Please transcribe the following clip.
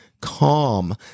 calm